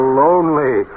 lonely